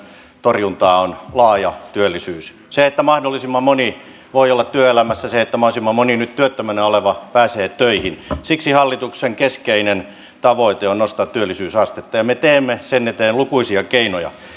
torjuntaa on laaja työllisyys se että mahdollisimman moni voi olla työelämässä se että mahdollisimman moni nyt työttömänä oleva pääsee töihin siksi hallituksen keskeinen tavoite on nostaa työllisyysastetta ja me käytämme sen eteen lukuisia keinoja